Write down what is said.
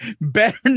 better